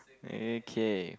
okay